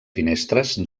finestres